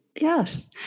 Yes